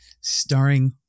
starring